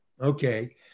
Okay